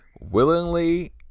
willingly